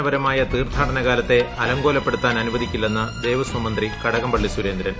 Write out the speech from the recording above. ശബരിമലയിലെ സമാധാനപരമായ തീർത്ഥാടന കാലത്തെ അലങ്കോലപ്പെടുത്താൻ അനുവദിക്കില്ലെന്ന് ദേവസ്വം മന്ത്രി കടകംപള്ളി സുരേന്ദ്രൻ